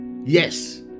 yes